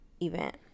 event